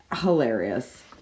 Hilarious